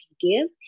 give